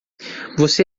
você